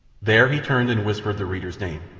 there he turned and whispered the reader's name.